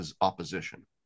opposition